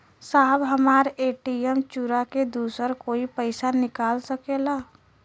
साहब हमार ए.टी.एम चूरा के दूसर कोई पैसा निकाल सकेला?